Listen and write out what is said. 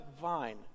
vine